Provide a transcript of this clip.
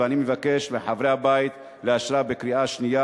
ואני מבקש מחברי הבית לאשרה בקריאה שנייה